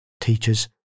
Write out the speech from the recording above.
teachers